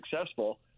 successful